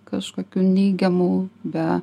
kažkokių neigiamų be